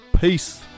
Peace